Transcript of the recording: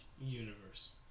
universe